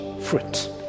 fruit